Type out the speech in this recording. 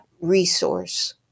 resource